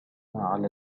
على